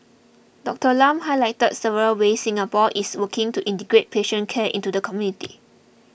Doctor Lam highlighted several ways Singapore is working to integrate patient care into the community